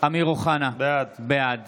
אמיר אוחנה, בעד